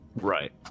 Right